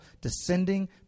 descending